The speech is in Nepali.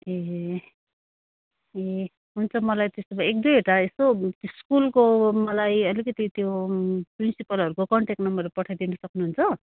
ए ए हुन्छ मलाई त्यसो भए एक दुईवटा यसो स्कुलको मलाई अलिकति त्यो प्रिन्सिपलहरूको कन्ट्याक नम्बर पठाइदिनु सक्नुहुन्छ